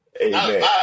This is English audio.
Amen